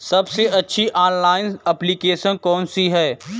सबसे अच्छी online application कौन सी है?